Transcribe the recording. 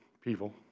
people